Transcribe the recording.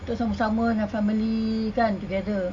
untuk sama-sama dengan family kan together